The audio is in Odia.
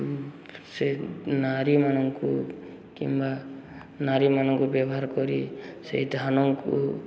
ସେ ନାରୀମାନଙ୍କୁ କିମ୍ବା ନାରୀମାନଙ୍କୁ ବ୍ୟବହାର କରି ସେଇ ଧାନଙ୍କୁ